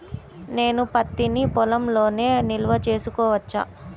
నేను పత్తి నీ పొలంలోనే నిల్వ చేసుకోవచ్చా?